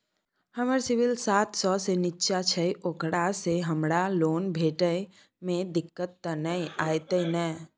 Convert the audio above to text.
हमर सिबिल सात सौ से निचा छै ओकरा से हमरा लोन भेटय में दिक्कत त नय अयतै ने?